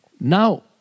Now